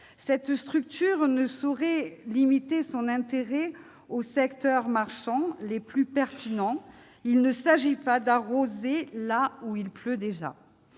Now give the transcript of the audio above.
Cette structure ne saurait limiter son intérêt aux secteurs marchands les plus pertinents. Il ne s'agit pas d'arroser là où il pleut déjà